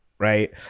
right